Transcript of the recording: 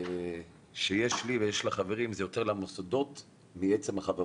שיש לי ויש לחברים זה יותר למוסדות --- החברות.